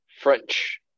French